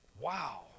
wow